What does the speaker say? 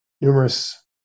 numerous